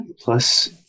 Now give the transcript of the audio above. plus